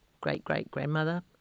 great-great-grandmother